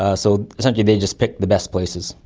ah so essentially they just pick the best places.